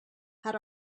had